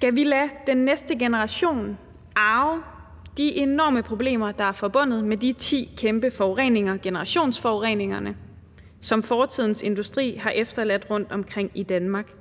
Skal vi lade den næste generation arve de enorme problemer, der er forbundet med de ti kæmpe forureninger, generationsforureningerne, som fortidens industri har efterladt rundtomkring i Danmark?